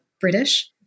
British